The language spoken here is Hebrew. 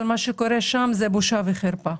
אבל מה שקורה שם זה בושה וחרפה.